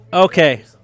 Okay